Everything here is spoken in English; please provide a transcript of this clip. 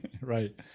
Right